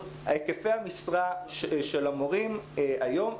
היקפי המשרה של המורים היום.